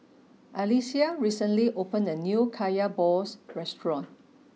Alyssia recently opened a new Kaya Balls restaurant